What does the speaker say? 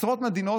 עשרות מדינות,